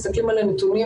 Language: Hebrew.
מסתכלים על הנתונים,